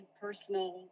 personal